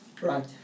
Right